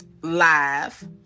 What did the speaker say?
live